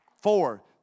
Four